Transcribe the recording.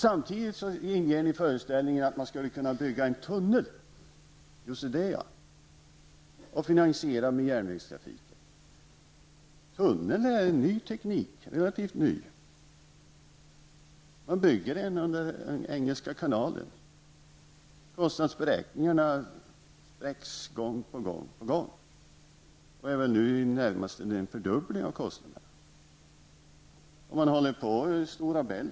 Samtidigt inger ni föreställningen att man skulle kunna bygga en tunnel och finansiera det med järnvägstrafiken. Tunnelbyggandet är däremot en relativt ny teknik. Man bygger för närvarande en tunnel under Engelska kanalen. Kostnadsberäkningarna spräcks gång på gång. Nu är man uppe i närmast en fördubbling av kostnaderna. Man håller också på under Stora Bält.